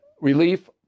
relief